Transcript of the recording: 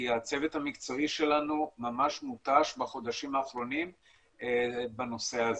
כי הצוות המקצועי שלנו ממש מותש בחודשים האחרונים בנושא הזה.